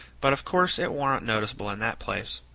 but of course it warn't noticeable in that place.